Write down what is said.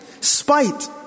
spite